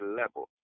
level